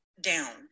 down